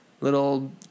little